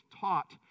taught